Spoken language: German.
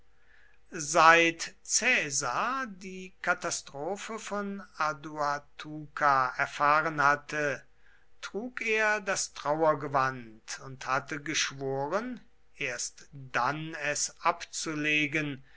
seit caesar die katastrophe von aduatuca erfahren hatte trug er das trauergewand und hatte geschworen erst dann es abzulegen